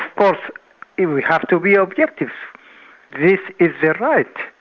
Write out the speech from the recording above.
course we have to be objective this is their right,